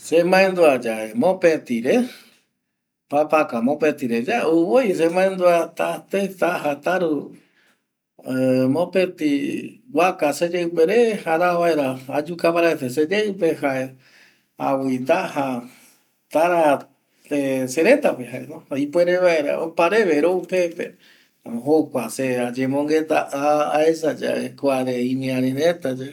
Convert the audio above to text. Se mandua ye mopeti re papaca mopeti re jaemai se mandua tatai taja taru mopeti waca seyeipe re araja vaera ayuca seyeipe jae javi taja tara seretape opa vaera rou peape opareve jaema jocua jae se remogüeta aesa ye kuare imiari reta ye